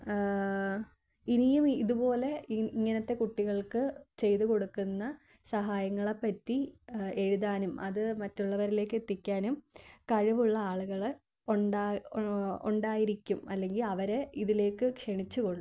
ഇനിയും ഇതുപോലെ ഇങ്ങനത്തെ കുട്ടികൾക്കു ചെയ്തു കൊടുക്കുന്ന സഹായങ്ങളെപ്പറ്റി എഴുതാനും അതു മറ്റുള്ളവരിലേക്കെത്തിക്കാനും കഴിവുള്ള ആളുകൾ ഉണ്ടാ ഉണ്ടായിരിക്കും അല്ലെങ്കിൽ അവർ ഇതിലേക്ക് ക്ഷണിച്ചുകൊ